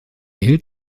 hielt